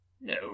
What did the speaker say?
no